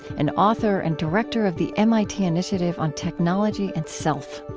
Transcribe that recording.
an author and director of the mit initiative on technology and self.